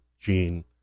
gene